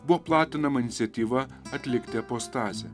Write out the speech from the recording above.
buvo platinama iniciatyva atlikti apostazę